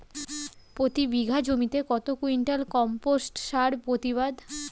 প্রতি বিঘা জমিতে কত কুইন্টাল কম্পোস্ট সার প্রতিবাদ?